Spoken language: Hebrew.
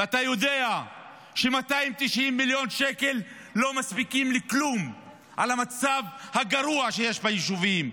ואתה יודע ש-290 מיליון שקל לא מספיקים לכלום במצב הגרוע שיש ביישובים.